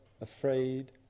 afraid